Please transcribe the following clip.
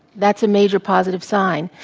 that's a major positive sign.